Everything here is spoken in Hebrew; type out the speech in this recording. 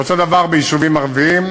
ואותו הדבר ביישובים ערביים.